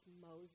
Moses